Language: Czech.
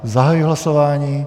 Zahajuji hlasování.